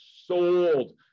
sold